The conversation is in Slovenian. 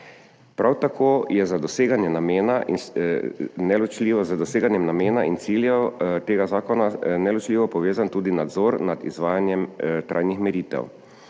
Prav tako je z doseganjem namena in ciljev tega zakona neločljivo povezan tudi nadzor nad izvajanjem trajnih meritev.